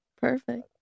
Perfect